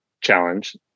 challenge